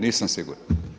Nisam siguran.